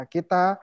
Kita